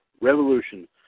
Revolution